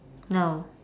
no